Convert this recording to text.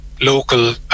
local